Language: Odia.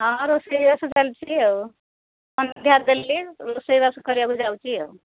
ହଁ ରୋଷେଇବାସ ଚାଲିଛି ଆଉ ସନ୍ଧ୍ୟା ଦେଲି ରୋଷେଇବାସ କରିବାକୁ ଯାଉଛି ଆଉ